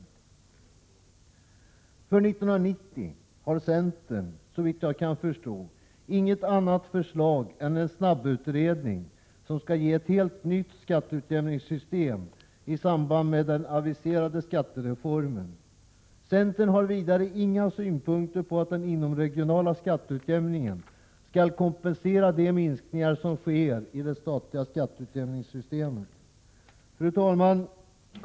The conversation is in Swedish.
För 1990 har centern, såvitt jag kan förstå, inget annat förslag än en snabbutredning som skall ge ett helt nytt skatteutjämningssystem i samband med den aviserade skattereformen. Centern har vidare inga synpunkter på att den inomregionala skatteutjämningen skall kompensera de minskningar som sker i det statliga skatteutjämningssystemet. Fru talman!